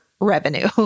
revenue